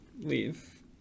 leave